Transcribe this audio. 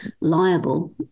liable